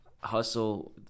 hustle